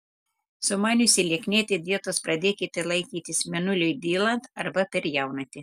sumaniusi lieknėti dietos pradėkite laikytis mėnuliui dylant arba per jaunatį